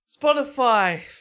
Spotify